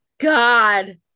God